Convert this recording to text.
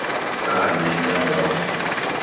Hol ko gaydaareeji e majji pat e rakkunde?